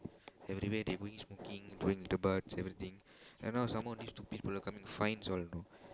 everywhere they going smoking throwing the buds everything and now some more these stupid fellow come and fine us you know